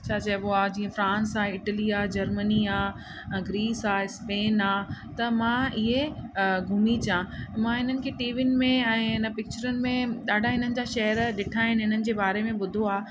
छा चइबो आहे जीअं फ़्रास आहे इटली आहे जर्मनी आहे ग्रीस आहे स्पेन आहे त मां इहे घुमी अचां मां इन्हनि खे टीविनि में ऐं हिन पिक्चरुनि में ॾाढा हिननि जा शहर ॾिठा आहिनि इन्हनि जे बारे में ॿुधो आहे